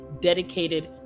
dedicated